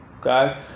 Okay